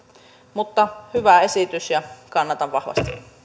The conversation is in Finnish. mutta hyvä esitys ja kannatan